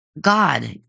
God